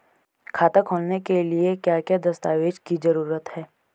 खाता खोलने के लिए क्या क्या दस्तावेज़ की जरूरत है?